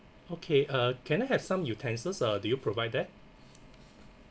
okay uh can I have some utensils or do you provide that